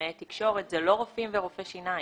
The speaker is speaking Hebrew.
קלינאי תקשורת זה לא רופאים ורופאי שיניים.